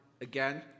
again